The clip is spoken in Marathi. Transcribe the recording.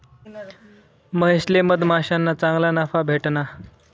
महेशले मधमाश्याना चांगला नफा भेटना